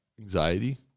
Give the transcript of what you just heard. anxiety